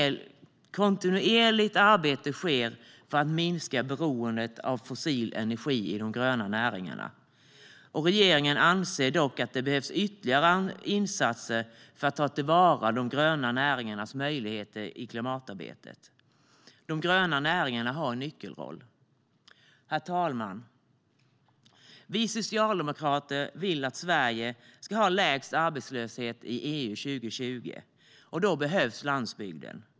Kontinuerligt arbete sker för att minska beroendet av fossil energi i de gröna näringarna. Regeringen anser dock att det behövs ytterligare insatser för att ta till vara de gröna näringarnas möjligheter i klimatarbetet. De gröna näringarna har en nyckelroll. Herr talman! Vi socialdemokrater vill att Sverige ska ha lägst arbetslöshet i EU 2020, och då behövs landsbygden.